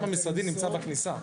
המש"מ המשרדי נמצא בכניסה.